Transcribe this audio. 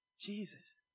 Jesus